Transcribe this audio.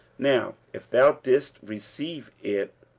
now if thou didst receive it,